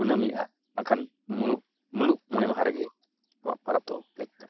ᱠᱩᱱᱹᱢᱤᱜᱼᱟ ᱵᱟᱝᱠᱷᱟᱱ ᱢᱩᱞᱩᱜ ᱢᱩᱞᱩᱜ ᱢᱚᱬᱮ ᱢᱟᱦᱟ ᱨᱮᱜᱮ ᱟᱵᱚᱣᱟᱜ ᱯᱚᱨᱚᱵᱽ ᱫᱚ ᱞᱮᱠ ᱠᱟᱱᱟ